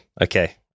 Okay